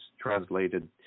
translated